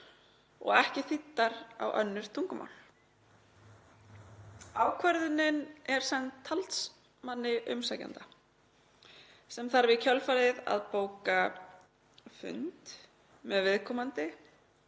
og ekki þýddar yfir á önnur tungumál. Ákvörðunin er send talsmanni umsækjanda sem þarf í kjölfarið að bóka fund með viðkomandi